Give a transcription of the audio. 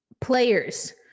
players